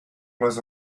was